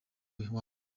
wawe